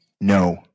no